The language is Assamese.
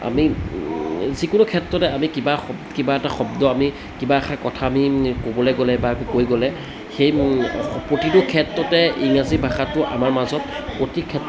আমি যিকোনো ক্ষেত্ৰতে আমি কিবা কিবা এটা শব্দ আমি কিবা এষাৰ কথা আমি ক'বলৈ গ'লে বা কৈ গ'লে সেই প্ৰতিটো ক্ষেত্ৰতে ইংৰাজী ভাষাটো আমাৰ মাজত প্ৰতি ক্ষেত্ৰত